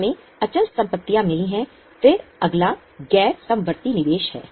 हमें अचल संपत्तियां मिली हैं फिर अगला गैर समवर्ती निवेश है